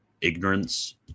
ignorance